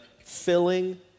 filling